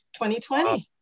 2020